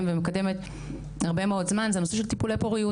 ומקדמת הרבה מאוד זמן זה הנושא של טיפולי פוריות.